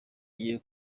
igiye